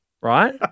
right